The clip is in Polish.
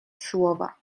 słowa